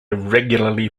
regularly